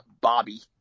Bobby